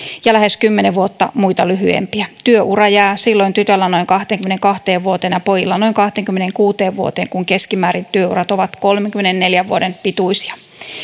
ja lähes kymmenen vuotta muita lyhyempiä työura jää silloin tytöillä noin kahteenkymmeneenkahteen vuoteen ja pojilla noin kahteenkymmeneenkuuteen vuoteen kun keskimäärin työurat ovat kolmenkymmenenneljän vuoden pituisia